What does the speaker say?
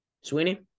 Sweeney